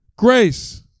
Grace